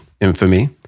infamy